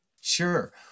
Sure